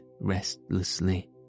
restlessly